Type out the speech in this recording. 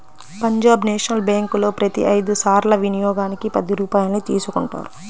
Punjab national బ్యేంకులో ప్రతి ఐదు సార్ల వినియోగానికి పది రూపాయల్ని తీసుకుంటారు